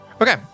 Okay